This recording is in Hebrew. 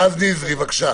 רז נזרי, בבקשה,